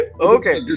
Okay